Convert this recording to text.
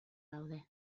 daude